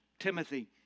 Timothy